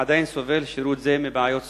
עדיין סובל שירות זה מבעיות סבוכות.